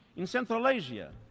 in central asia,